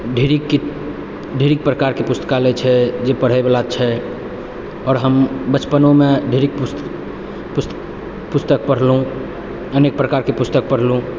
ढ़ेरी के ढ़ेरी प्रकारके पुस्तकालय छै जे पढ़ैवला छै आओर हम बचपनोमे ढ़ेरी पुस्त पुस्त पुस्तक पढ़लहुँ अनेक प्रकारके पुस्तक पढ़लहुँ